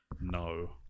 no